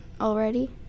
already